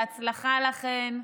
בהצלחה לכן.